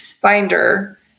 binder